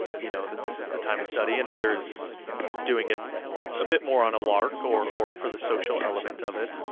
you know, that this is the time to study, and others doing it a bit more on a lark or or for the social element of it.